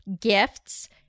gifts